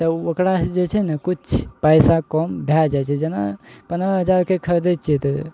तऽ उ ओकरा जे छै ने किछु पैसा कम भए जाइ छै जेना पन्द्रह हजारके खरिदइ छियै तऽ